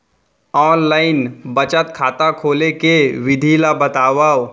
Online बचत खाता खोले के विधि ला बतावव?